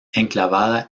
enclavada